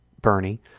Bernie